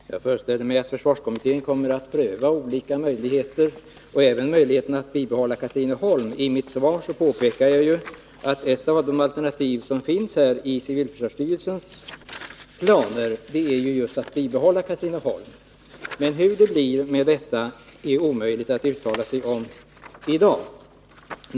Herr talman! Jag föreställer mig att försvarskommittén kommer att pröva olika möjligheter och även möjligheten att bibehålla Katrineholmsanläggningen. I mitt svar påpekar jag ju att ett av de alternativ som finns i civilförsvarsstyrelsens planer är just att bibehålla Katrineholmsanläggningen. Men hur det blir med detta är omöjligt att uttala sig om i dag.